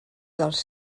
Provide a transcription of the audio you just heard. dels